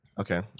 Okay